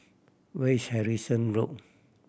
where is Harrison Road